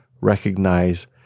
recognize